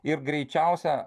ir greičiausia